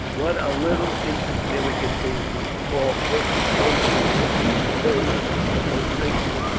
what a little insignificant thing these tall british matrons and maids must think me,